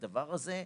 הקיימות.